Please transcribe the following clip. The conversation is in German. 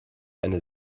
eine